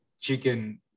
chicken